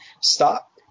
Stop